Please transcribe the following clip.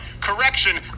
correction